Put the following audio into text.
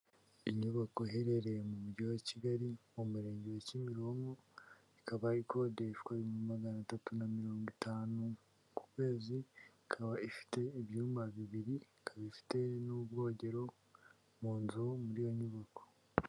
Inyubako iherereye mu mujyi wa Kigali mu murenge wa Kimironko, ikaba ikodeshwa ibihumbi magana atatu na mirongo itanu ku kwezi, ikaba ifite ibyumba bibiri ikaba ifite n'ubwogero mu nzu muri iyo nyubako.